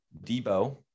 Debo